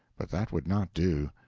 but that would not do.